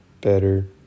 better